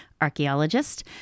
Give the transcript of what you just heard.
archaeologist